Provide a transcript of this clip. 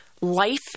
life